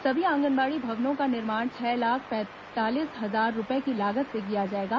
सभी आंगनबाड़ी भवनों का निर्माण छह लाख पैंतालीस हजार रूपए की लागत से किया जाएगा